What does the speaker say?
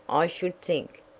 i should think,